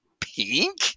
pink